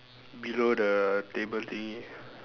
below the table thingy